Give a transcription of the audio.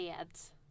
ads